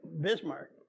Bismarck